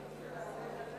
אדוני היושב-ראש,